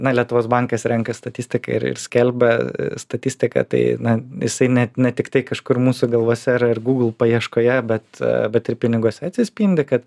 na lietuvos bankas renka statistiką ir ir skelbia statistiką tai na jisai net ne tiktai kažkur mūsų galvose ar ar google paieškoje bet bet ir piniguose atsispindi kad